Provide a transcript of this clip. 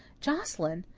joscelyn!